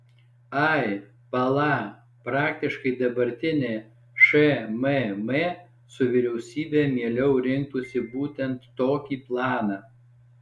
ai pala praktiškai dabartinė šmm su vyriausybe mieliau rinktųsi būtent tokį planą